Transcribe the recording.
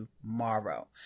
tomorrow